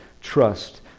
trust